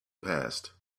passed